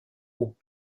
aux